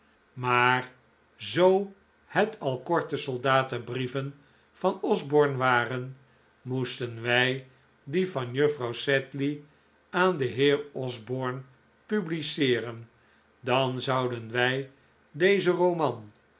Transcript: maar zoo het al korte soldatenbrieven van osborne waren moesten wij die van juffrouw sedley aan den heer osborne publiceeren dan zouden wij dezen roman